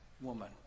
woman